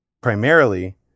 primarily